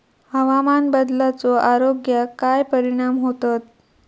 हवामान बदलाचो आरोग्याक काय परिणाम होतत?